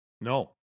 No